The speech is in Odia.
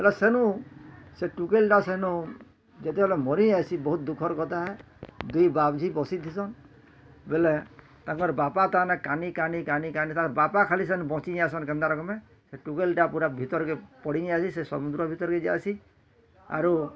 ସେନୁ ସେ ଟୁକେଲ୍ଟା ସେନୁ ଯେତେବେଲେ ମରି ଯାଏସିଁ ବୋହୁତ୍ ଦୁଖଃର କଥା ଦୁଇ ବାପ ଝି ବସି ଥିସନ୍ ବେଲେ ତାଙ୍କର୍ ବାପା ତାନେ କାନି କାନି କାନି କାନି ତାଙ୍କ ବାପା ଖାଲି ସେନ୍ ବଞ୍ଚି ଯାଏସନ୍ କେନ୍ତା ରକମେ ସେ ଟୁକେଲ୍ଟା ପୁରା ଭିତର୍ କେ ପଡ଼ିଯାଏସିଁ ସେ ସମୁଦ୍ର ଭିତରିକେ ଯାଏସିଁ ଆରୁ